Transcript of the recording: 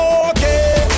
okay